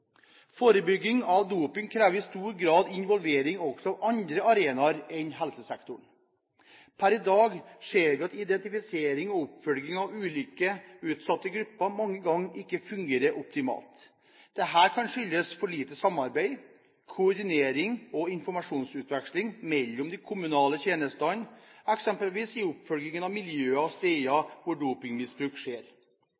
Forebygging av doping krever i stor grad involvering også av andre arenaer enn helsesektoren. Per i dag ser vi at identifisering og oppfølging av ulike utsatte grupper mange ganger ikke fungerer optimalt. Dette kan skyldes for lite samarbeid, for lite koordinering og for lite informasjonsutveksling mellom de kommunale tjenestene, eksempelvis i oppfølgingen av miljøer og steder